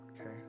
okay